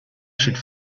should